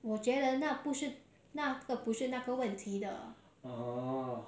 我觉得那不是那个不是那个问题的